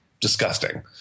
disgusting